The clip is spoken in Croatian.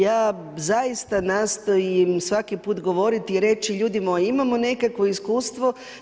Ja zaista nastojim svaki put govoriti i reći ljudi moji imamo nekakvo iskustvo.